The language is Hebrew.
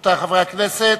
רבותי חברי הכנסת,